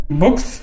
books